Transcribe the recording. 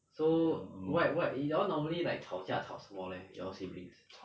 so what what you're normally like 吵架吵什么 leh your siblings